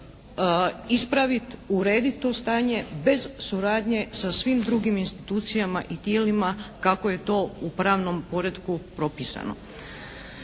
ispraviti, urediti to stanje bez suradnje sa svim drugim institucijama i tijelima kako je to u pravnom poretku propisano.